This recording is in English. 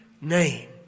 name